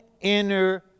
inner